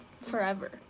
forever